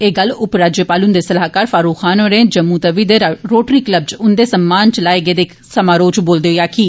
एह गल्ल उपराज्यपाल हुंदे सलाहकार फारूक खान होरें जम्मू तवी दे रोटरी कलब च उंदे सम्मान च लाए गेदे इक समारोह च बोलदे होई आक्खी